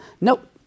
nope